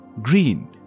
green